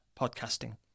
podcasting